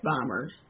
bombers